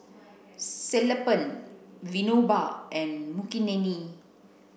Sellapan Vinoba and Makineni